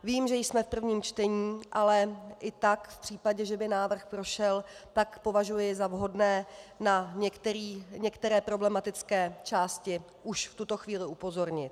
Vím, že jsme v prvním čtení, ale i tak v případě, že by návrh prošel, považuji za vhodné na některé problematické části už v tuto chvíli upozornit.